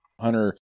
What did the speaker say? Hunter